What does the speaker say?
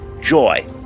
joy